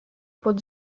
pod